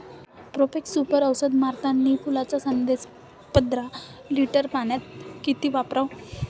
Profex Super औषध मारतानी फुलाच्या दशेत पंदरा लिटर पाण्यात किती फवाराव?